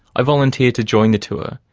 i volunteered to join the tour,